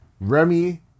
Remy